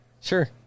Sure